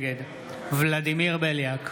נגד ולדימיר בליאק,